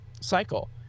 cycle